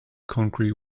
concrete